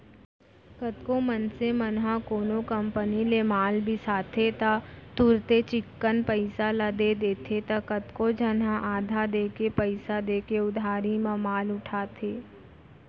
कतको मनसे मन ह कोनो कंपनी ले माल बिसाथे त तुरते चिक्कन पइसा ल दे देथे त कतको झन ह आधा देके पइसा देके उधारी म माल उठाथे